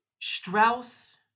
Strauss